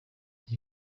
iyi